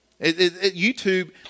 YouTube